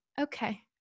Okay